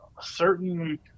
certain